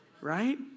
right